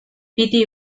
piti